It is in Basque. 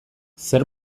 zer